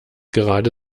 gerade